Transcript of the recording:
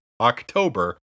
October